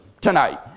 tonight